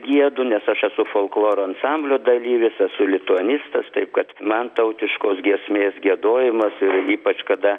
giedu nes aš esu folkloro ansamblio dalyvis esu lituanistas taip kad man tautiškos giesmės giedojimas ir ypač kada